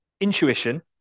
intuition